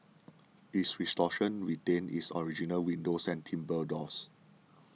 its restoration retained its original windows and timbre doors